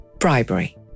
bribery